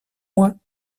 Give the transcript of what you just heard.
mois